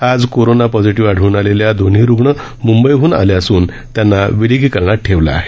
आज corona positive आढळून आलेल्या दोन्ही रुग्ण मुंबईहन आले असून त्यांना विलगीकरणात ठेवण्यात आलं आहे